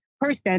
person